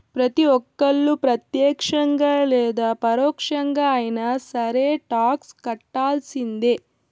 ప్రతి ఒక్కళ్ళు ప్రత్యక్షంగా లేదా పరోక్షంగా అయినా సరే టాక్స్ కట్టాల్సిందే